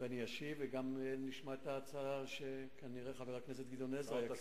ואני אשיב וגם נשמע את ההצעה שכנראה חבר הכנסת גדעון עזרא יציג.